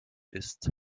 ist